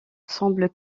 semble